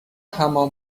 حمام